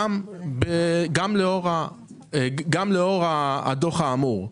גם לאור הדוח האמור.